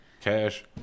cash